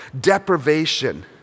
deprivation